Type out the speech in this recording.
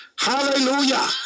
hallelujah